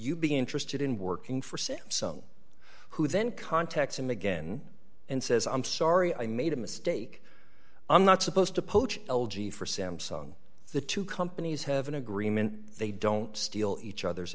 you be interested in working for samsung who then contacts him again and says i'm sorry i made a mistake i'm not supposed to poach l g for samsung the two companies have an agreement they don't steal each other's